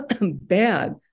bad